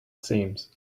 seams